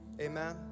Amen